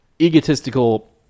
egotistical